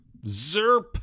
ZERP